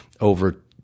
over